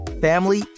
family